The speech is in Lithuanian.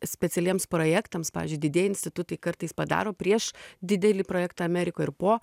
specialiems projektams pavyzdžiui didieji institutai kartais padaro prieš didelį projektą amerikoj ir po